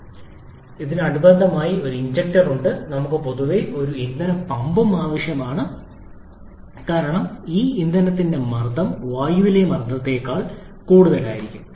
അതിനാൽ ഒരു കാർബ്യൂറേറ്ററും ആവശ്യമില്ല പക്ഷേ തീർച്ചയായും ഞങ്ങൾക്ക് ഒരു ഇന്ധന ഇൻജെക്ടർ ഉണ്ട് മാത്രമല്ല നമുക്ക് പൊതുവെ ഇന്ധന പമ്പും ആവശ്യമാണ് കാരണം ഈ ഇന്ധനത്തിന്റെ മർദ്ദം വായുവിലെ മർദ്ദത്തേക്കാൾ കൂടുതലായിരിക്കണം